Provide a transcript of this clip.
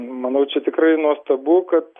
manau čia tikrai nuostabu kad